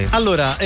Allora